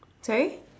sorry